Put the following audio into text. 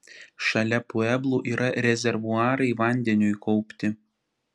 šalia pueblų yra rezervuarai vandeniui kaupti